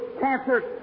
cancer